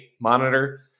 monitor